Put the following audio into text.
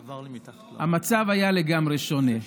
המצב היה לגמרי שונה.